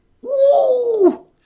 Woo